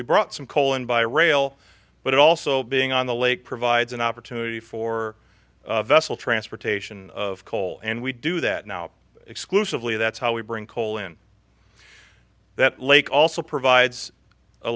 we brought some coal in by rail but also being on the lake provides an opportunity for vessel transportation of coal and we do that now exclusively that's how we bring coal in that lake also provides a